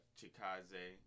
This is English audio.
Chikaze